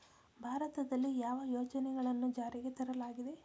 ಭಾರತದಲ್ಲಿ ಯಾವ ಯೋಜನೆಗಳನ್ನು ಜಾರಿಗೆ ತರಲಾಗಿದೆ?